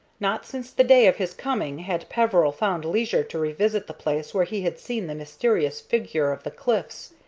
not since the day of his coming had peveril found leisure to revisit the place where he had seen the mysterious figure of the cliffs.